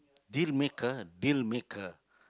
dealmaker dealmaker